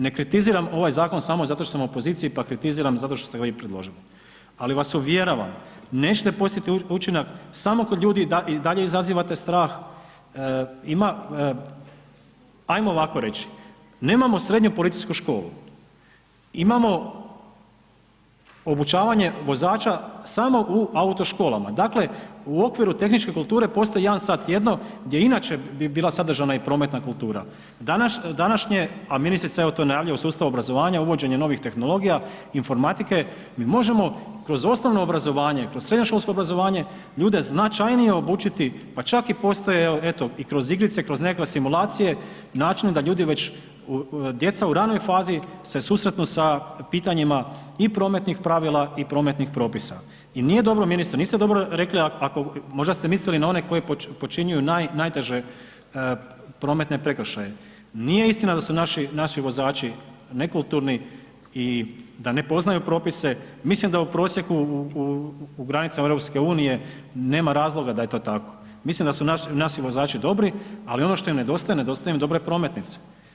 Ne kritiziram ovaj zakon samo zato što sam u opoziciji, pa kritiziram zato što ste ga vi predložili, ali vas uvjeravam, nećete postići učinak, samo kod ljudi i dalje izazivate strah, ima, ajmo ovako reći, nemamo Srednju policijsku školu, imamo obučavanje vozača samo u auto školama, dakle, u okviru tehničke kulture postoji jedan sat tjedno gdje inače bi bila sadržana i prometna kultura, današnje, a ministrica evo to najavljuje u sustavu obrazovanja uvođenje novih tehnologija informatike, mi možemo kroz osnovno obrazovanje, kroz srednjoškolsko obrazovanje ljude značajnije obučiti, pa čak i postoje eto i kroz igrice i kroz nekakve simulacije način da ljudi već, djeca u ranoj fazi se susretnu i sa pitanjima i prometnih pravila i prometnih propisa i nije dobro ministre, niste dobro rekli ako, možda ste mislili na one koji počinjuju najteže prometne prekršaje, nije istina da su naši vozači nekulturni i da ne poznaju propise, mislim da u prosjeku u granicama EU nema razloga da je to tako, mislim da su naši vozači dobri, ali ono što im nedostaje, nedostaje im dobre prometnice.